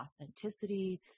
authenticity